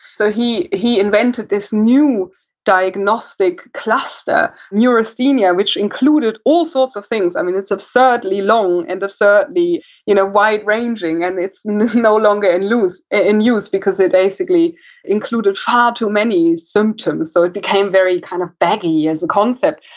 so, he he invented this new diagnostic cluster, neurasthenia, which included all sorts of things i mean, it's absurdly long, and absurdly you know wide ranging. and it's no longer and in use because it basically included far too many symptoms. so, it became very kind of baggy as a concept.